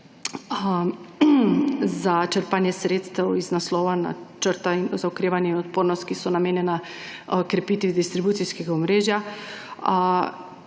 za črpanje sredstev iz naslova načrta za okrevanje in odpornost, ki so namenjena krepitvi distribucijskega omrežja.